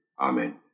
Amen